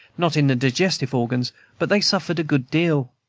not in the digestive organs but they suffered a good deal.